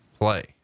play